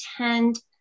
attend